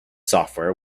software